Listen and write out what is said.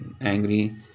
angry